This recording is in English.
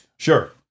sure